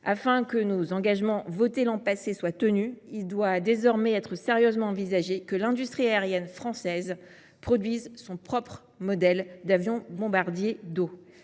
Afin que nos engagements votés l’an passé soient tenus, il doit désormais être sérieusement envisagé que l’industrie aérienne française produise son propre modèle d’avion bombardier d’eau.